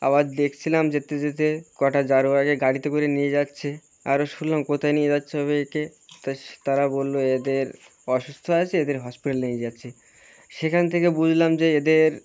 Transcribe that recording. আবার দেখছিলাম যেতে যেতে কটা জারোয়াকে গাড়িতে করে নিয়ে যাচ্ছে আরও শুনলাম কোথায় নিয়ে যাচ্ছে হবে একে তা তারা বললো এদের অসুস্থ আছে এদের হসপিটাল নিয়ে যাচ্ছে সেখান থেকে বুঝলাম যে এদের